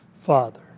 father